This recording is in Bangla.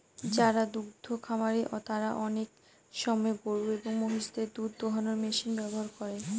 যারা দুদ্ধ খামারি তারা আনেক সময় গরু এবং মহিষদের দুধ দোহানোর মেশিন ব্যবহার করে